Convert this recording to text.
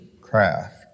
craft